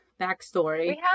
backstory